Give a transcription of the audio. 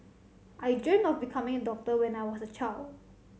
I dreamt of becoming a doctor when I was a child